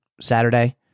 Saturday